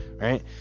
right